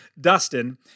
Dustin